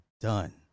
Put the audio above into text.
done